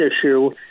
issue